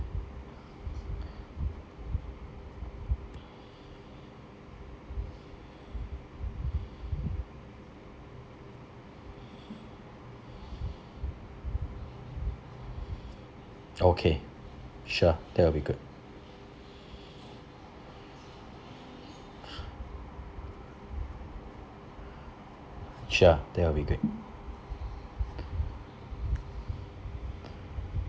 okay sure that will be good sure that will be great